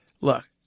Look